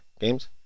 games